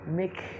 make